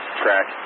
track